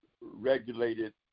regulated